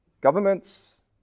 Governments